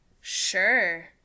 Sure